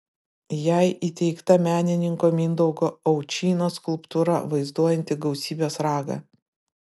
jai įteikta menininko mindaugo aučynos skulptūra vaizduojanti gausybės ragą